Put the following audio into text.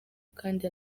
kandi